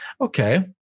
okay